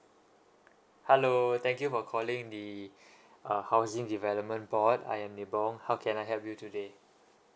hello thank you for calling the uh housing development board I am nibong how can I help you today